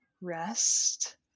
rest